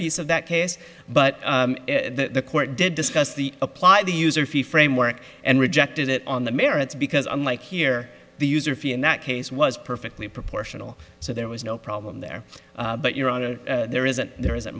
piece of that case but the court did discuss the apply the user fee framework and rejected it on the merits because unlike here the user fee in that case was perfectly proportional so there was no problem there but your honor there isn't there isn't